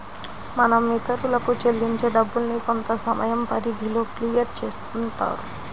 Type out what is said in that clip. మనం ఇతరులకు చెల్లించే డబ్బుల్ని కొంతసమయం పరిధిలో క్లియర్ చేస్తుంటారు